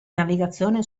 navigazione